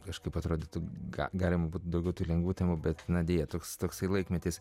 kažkaip atrodytų galime daugiau tų lengvų temų bet na deja toks toks laikmetis